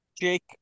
Jake